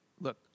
look